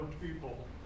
people